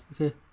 Okay